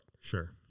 Sure